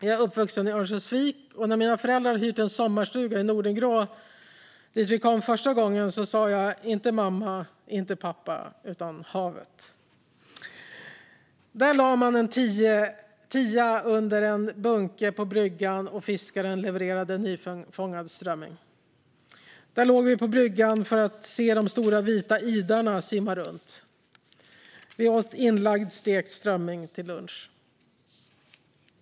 Jag är uppvuxen i Örnsköldsvik, och när mina föräldrar hade hyrt en sommarstuga i Nordingrå och vi kom dit första gången sa jag inte mamma, inte pappa utan havet. I Nordingrå lade man en tia under en bunke på bryggan, och fiskaren levererade nyfångad strömming. Där låg vi på bryggan för att se de stora vita idarna simma runt. Vi åt inlagd stekt strömming till lunch.